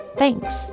Thanks